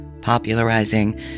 popularizing